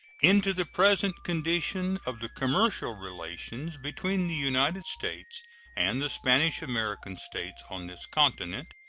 into the present condition of the commercial relations between the united states and the spanish american states on this continent,